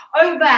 over